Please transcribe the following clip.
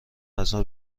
غذا